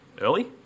early